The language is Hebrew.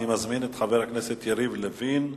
אני מזמין את חבר הכנסת יריב לוין,